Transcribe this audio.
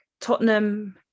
Tottenham